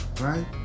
right